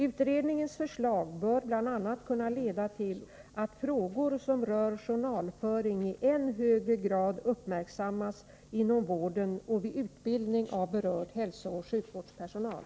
Utredningens förslag bör bl.a. kunna leda till att frågor som rör journalföring i än högre grad uppmärksammas inom vården och vid utbildning av berörd hälsooch sjukvårdspersonal.